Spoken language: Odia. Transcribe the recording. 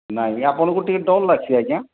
ନାଇଁ ଆଜ୍ଞା ଆପଣଙ୍କୁ ଟିକେ ଡର ଲାଗ୍ସି ଆଜ୍ଞା